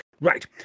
Right